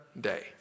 day